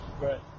Right